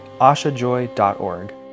ashajoy.org